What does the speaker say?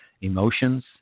emotions